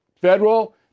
federal